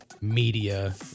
media